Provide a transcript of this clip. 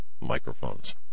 microphones